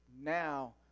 now